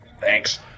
thanks